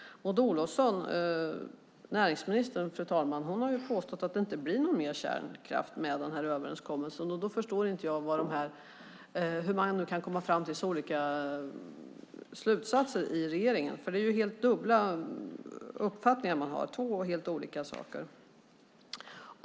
Näringsminister Maud Olofsson, fru talman, har påstått att det inte blir mer kärnkraft med den här överenskommelsen. Jag förstår inte hur man kan komma fram till så olika slutsatser i regeringen, för det är två helt olika uppfattningar man har.